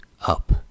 up